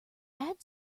add